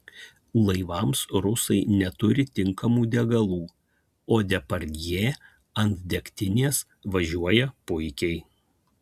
laivams rusai neturi tinkamų degalų o depardjė ant degtinės važiuoja puikiai